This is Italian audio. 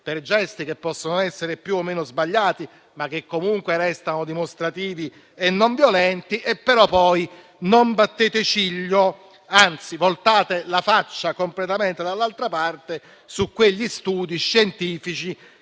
per gesti che possono essere più o meno sbagliati, ma che comunque restano dimostrativi e non violenti, però poi non battete ciglio, anzi voltate la faccia completamente dall'altra parte, rispetto a quegli studi scientifici